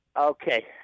Okay